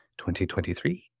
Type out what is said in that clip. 2023